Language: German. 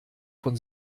von